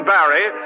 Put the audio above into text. Barry